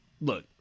look